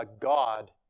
God